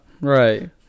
right